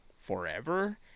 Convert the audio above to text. forever